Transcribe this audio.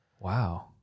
Wow